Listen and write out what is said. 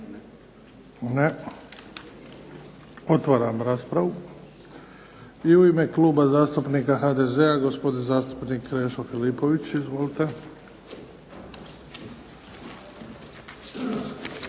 Ne. Otvaram raspravu. I u ime Kluba zastupnika HDZ-a, gospodin zastupnik Krešo Filipović. Izvolite.